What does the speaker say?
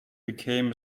became